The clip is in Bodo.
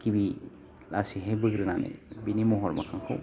गिबि लासैहाय बोग्रोनानै बिनि महर मोखांखौ